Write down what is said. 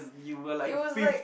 it was like